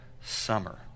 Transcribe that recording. summer